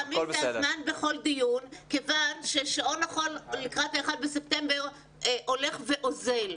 לדעתי זה הזמן בכל דיון כיוון ששעון החול לקראת ה-1 בספטמבר הולך ואוזל.